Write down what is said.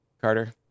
Carter